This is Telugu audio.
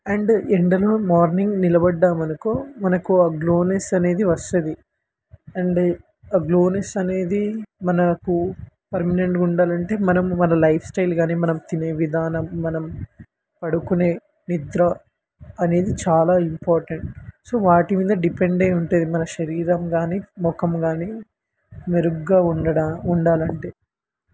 అండ్ ఎండలో మార్నింగ్ నిలబడ్డామనుకో మనకు ఆ గ్లోనెస్ అనేది వస్తుంది అండ్ ఆ గ్లోనెస్ అనేది మనకు పర్మనెంట్గా ఉండాలంటే మనం మన లైఫ్స్టైల్ కానీ మనం తినే విధానం మనం పడుకునే నిద్ర అనేది చాలా ఇంపార్టెంట్ సో వాటి మీద డిపెండ్ అయి ఉంటుంది మన శరీరం కానీ మొఖం కానీ మెరుగ్గా ఉండడా ఉండాలంటే